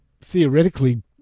theoretically